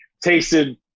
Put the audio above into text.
tasted